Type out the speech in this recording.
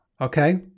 Okay